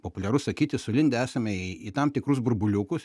populiaru sakyti sulindę esame į į tam tikrus burbuliukus